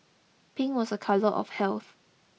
pink was a colour of health